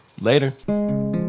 Later